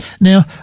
Now